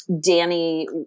Danny